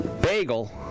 Bagel